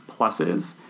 pluses